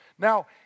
Now